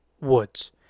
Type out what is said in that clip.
Woods